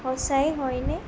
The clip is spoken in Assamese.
সঁচাই হয়নে